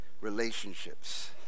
relationships